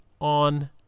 on